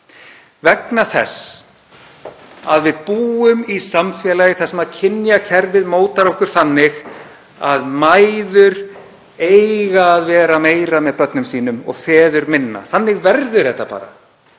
vegna þess að við búum í samfélagi þar sem kynjakerfið mótar okkur þannig að mæður eigi að vera meira með börnum sínum og feður minna. Þannig verður það bara.